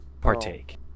partake